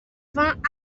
vingt